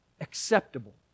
acceptable